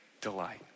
delight